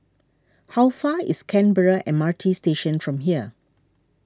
how far away is Canberra M R T Station from here